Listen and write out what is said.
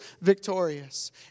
victorious